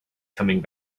coming